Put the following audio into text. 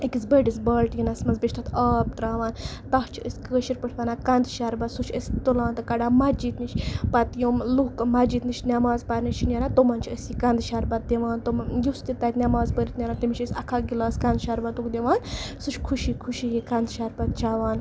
أکِس بٔڑِس بالٹیٖنَس منٛز بیٚیہِ چھِ تَتھ آب تراوان تَتھ چھِ أسۍ کٲشِر پٲٹھۍ وَنان کَند شربَتھ سُہ چھِ أسۍ تُلان تہٕ کَڈان مَسجِد نِش پَتہٕ یِم لُکھ مَسجِد نِش نیماز پَرنہِ چھِ نیران تِمَن چھِ أسۍ یہِ کَندِ شربَت دِوان یُس تہِ تَتہِ نیماز پٔرِتھ نیران چھُ تٔمِس چھِ اکھ اکھ گِلاس کَند شَربَتُک دِوان سُہ چھُ خوشی خوشی یہِ کَند شَربَت چیوان